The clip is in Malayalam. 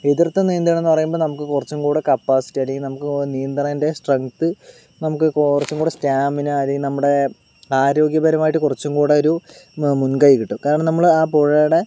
എതിർത്ത് നീന്തുകയാണെന്നു പറയുമ്പോൾ നമുക്ക് കുറച്ചും കൂടി കപ്പാസിറ്റി അല്ലെങ്കിൽ നമുക്ക് നീന്തുന്നതിൻ്റെ സ്ട്രെഗ്ത്ത് നമുക്ക് കുറച്ചും കൂടി സ്റ്റാമിന അതായത് നമ്മുടെ ആരോഗ്യപരമായിട്ട് കുറച്ചും കൂടി ഒരു മുൻകൈ കിട്ടും കാരണം നമ്മൾ ആ പുഴയുടെ